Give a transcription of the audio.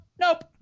Nope